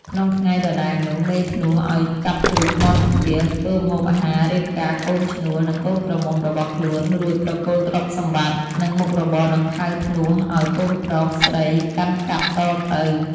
ក្នុងថ្ងៃដដែលនោះ មេធ្នស់ឲ្យកាប់ជ្រូក មាន់ ទា ធ្វើម្ហូបអាហាររៀបការកូនឈ្នួល និងកូនក្រមុំរបស់ខ្លួន រួចប្រគល់ទ្រព្យសម្បត្តិ និងមុខរបរដង្ខៅធ្នស់ ឲ្យកូនប្រុស-ស្រីកាន់កាប់តទៅ។